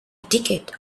ticket